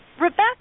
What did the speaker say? Rebecca